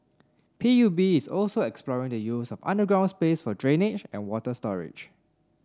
P U B is also exploring the use of underground space for drainage and water storage